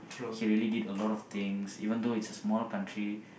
he really did a lot of things even though it's a small country